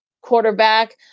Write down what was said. quarterback